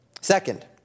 Second